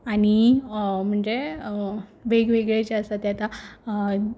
आनी म्हणजे वेगवेगळे जे आसा तें आतां